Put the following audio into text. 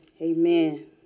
amen